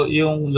yung